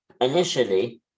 Initially